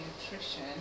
nutrition